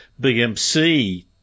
BMC